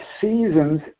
seasons